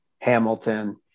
Hamilton